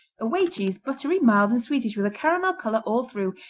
a whey cheese, buttery, mild and sweetish with a caramel color all through,